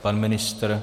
Pan ministr?